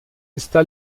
está